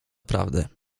prawdy